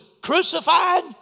crucified